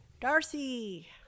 Darcy